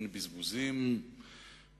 אין בזבוזים וכו'.